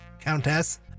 Countess